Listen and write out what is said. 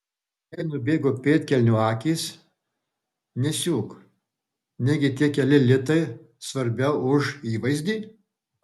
jei nubėgo pėdkelnių akys nesiūk negi tie keli litai svarbiau už įvaizdį